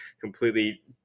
completely